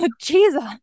jesus